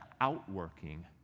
outworking